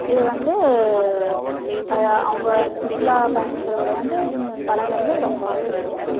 இதை வந்து அ அவங்க அந்த சுற்றுலா பயணிகளுடன் வந்து பழகுவது ரொம்பவே விரும்புவேன்